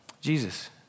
Jesus